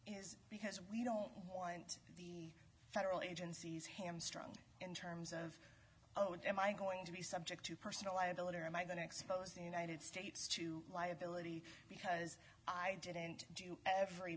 is because we don't want the federal agencies hamstrung in terms of oh and am i going to be subject to personal liability or am i going to expose the united states to liability because i didn't do every